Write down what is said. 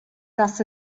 dass